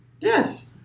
yes